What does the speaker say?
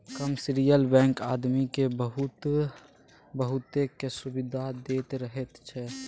commercial bank आदमी केँ बहुतेक सुविधा दैत रहैत छै